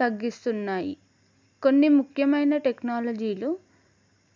తగ్గిస్తున్నాయి కొన్ని ముఖ్యమైన టెక్నాలజీలు